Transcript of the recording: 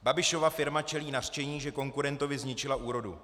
Babišova firma čelí nařčení, že konkurentovi zničila úrodu.